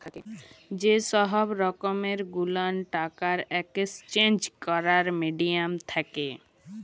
যে সহব রকম গুলান টাকার একেসচেঞ্জ ক্যরার মিডিয়াম থ্যাকে